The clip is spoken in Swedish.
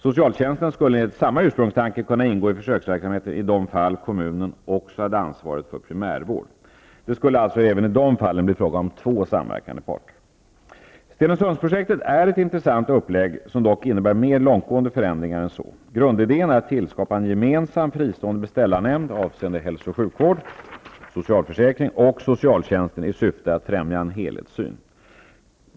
Socialtjänsten skulle enligt samma ursprungstanke kunna ingå i försöksverksamheten i de fall kommunen också hade ansvaret för primärvård. Det skulle alltså även i de fallen bli fråga om två samverkande parter. Stenungsundsprojektet är ett intressant upplägg som dock innebär långtgående förändringar. Grundidén är att tillskapa en gemensam fristående beställarnämnd avseende hälso och sjukvård, socialförsäkring och socialtjänsten i syfte att främja en helhetssyn.